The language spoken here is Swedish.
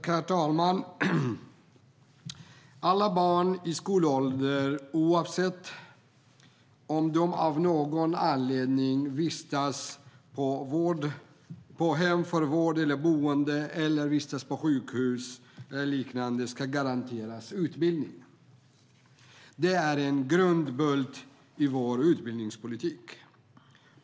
Herr talman! Alla barn i skolåldern, oavsett om de av någon anledning vistas på hem för vård eller boende eller på sjukhus och liknande ska garanteras utbildning. Det är en grundbult i vår utbildningspolitik.